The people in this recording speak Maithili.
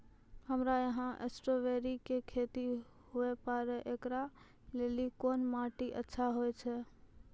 हमरा यहाँ स्ट्राबेरी के खेती हुए पारे, इकरा लेली कोन माटी अच्छा होय छै?